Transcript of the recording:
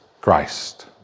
Christ